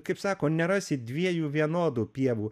kaip sako nerasi dviejų vienodų pievų